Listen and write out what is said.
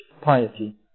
piety